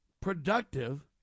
productive